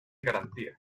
garantía